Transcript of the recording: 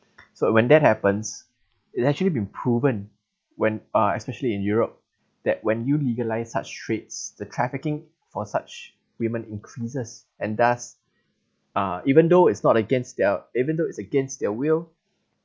so when that happens it's actually been proven when uh especially in europe that when you legalise such trades the trafficking for such women increases and thus uh even though it's not against their even though it's against their will